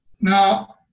Now